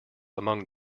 among